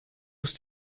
aus